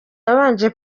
yabanje